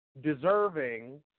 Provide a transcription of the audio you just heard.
deserving